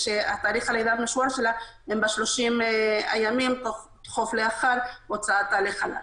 שתאריך הלידה המשוער שלה הוא ב-30 הימים לאחר הוצאתה לחל"ת.